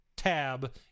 tab